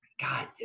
God